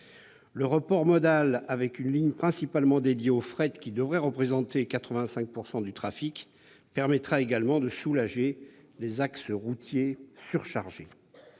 Le report modal avec une ligne principalement dédiée au fret qui devrait représenter 85 % du trafic permettra également de soulager les axes routiers surchargés.